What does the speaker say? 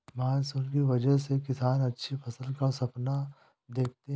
monsoon की वजह से किसान अच्छी फसल का सपना देखते हैं